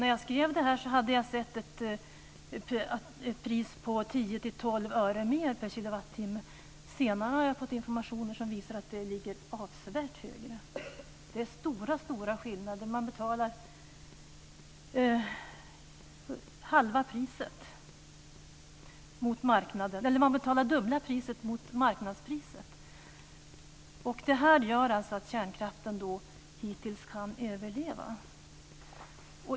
När jag skrev mitt anförande hade jag sett ett pris på 10-12 öre mer per kilowattimme. Senare har jag fått information om att det ligger avsevärt högre. Det är stora skillnader. Man betalar dubbla priset mot marknadspriset. Det här gör att kärnkraften hittills har överlevt.